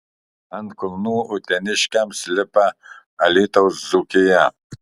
ant kulnų uteniškiams lipa alytaus dzūkija